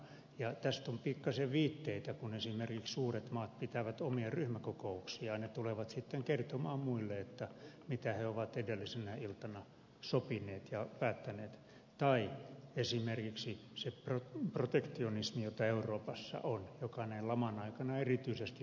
tästä on pikkasen viitteitä kun esimerkiksi suuret maat pitävät omia ryhmäkokouksiaan ja tulevat sitten kertomaan muille mitä ne ovat edellisenä iltana sopineet ja päättäneet tai esimerkiksi se protektionismi jota euroopassa on näin laman aikana erityisesti nostaa päätään